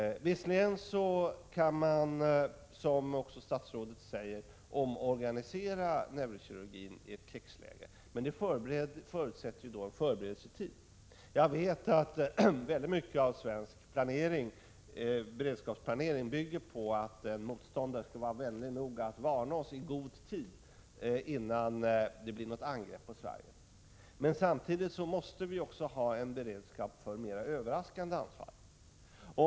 Visserligen kan man, som också statsrådet säger, omorganisera neurokirurgin i ett krigsläge. Men det förutsätter en förberedelsetid. Jag vet att svensk beredskapsplanering i mycket hög grad bygger på att motståndaren är vänlig nog att varna oss i god tid före ett angrepp på Sverige. Men samtidigt måste vi också ha en beredskap för mera överraskande anfall.